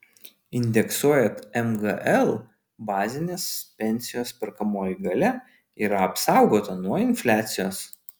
indeksuojant mgl bazinės pensijos perkamoji galia yra apsaugota nuo infliacijos